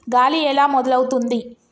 గాలి ఎలా మొదలవుతుంది?